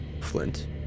Flint